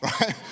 right